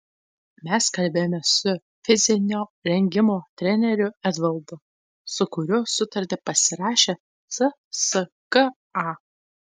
mes kalbėjome su fizinio rengimo treneriu evaldu su kuriuo sutartį pasirašė cska